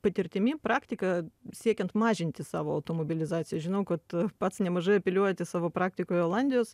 patirtimi praktika siekiant mažinti savo automobilizaciją žinau kad pats nemažai apeliuojate savo praktikoje olandijos